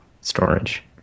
storage